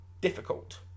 difficult